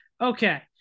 Okay